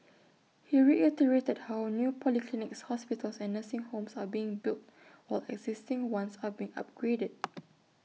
he reiterated how new polyclinics hospitals and nursing homes are being built while existing ones are being upgraded